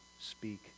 speak